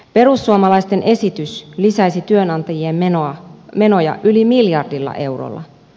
perussuomalaisten esitys lisäisi työnantajien menoja yli miljardilla eurolla